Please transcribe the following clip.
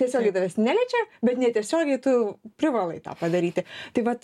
tiesiogiai tavęs neliečia bet netiesiogiai tu privalai tą padaryti tai vat